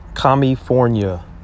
California